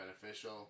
beneficial